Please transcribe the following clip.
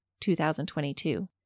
2022